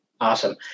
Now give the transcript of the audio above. Awesome